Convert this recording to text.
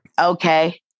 okay